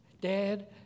dad